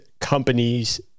companies